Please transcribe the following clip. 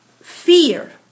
Fear